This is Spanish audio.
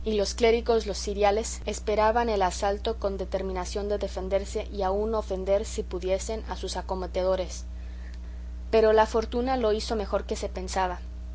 los clérigos los ciriales esperaban el asalto con determinación de defenderse y aun ofender si pudiesen a sus acometedores pero la fortuna lo hizo mejor que se pensaba